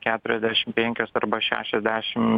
keturiasdešim penkios arba šešiasdešim